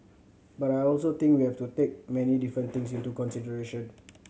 but I also think we have to take many different things into consideration